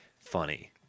funny